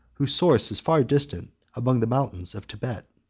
whose source is far distant among the mountains of thibet.